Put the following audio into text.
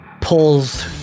pulls